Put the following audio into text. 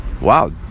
Wow